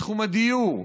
בתחום הדיור,